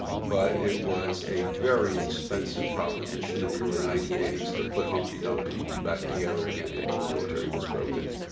but it was a very expensive proposition in the early nineteen eighty s to put humpty dumpty back together again after the military was broken.